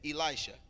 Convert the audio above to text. Elisha